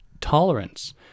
tolerance